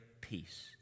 peace